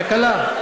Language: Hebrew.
תקלה.